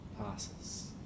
passes